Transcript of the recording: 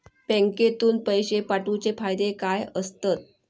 बँकेतून पैशे पाठवूचे फायदे काय असतत?